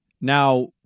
Now